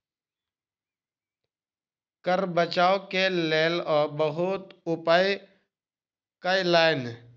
कर बचाव के लेल ओ बहुत उपाय कयलैन